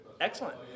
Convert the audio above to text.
excellent